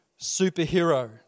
superhero